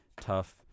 tough